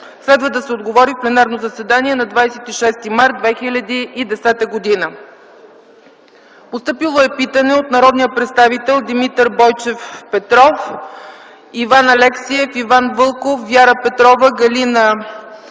Следва да се отговори в пленарното заседание на 26 март 2010 г. Постъпило е питане от народните представители Димитър Бойчев Петров, Иван Алексиев, Иван Вълков, Вяра Петрова, Галина